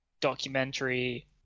documentary